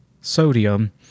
sodium